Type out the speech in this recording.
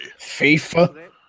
FIFA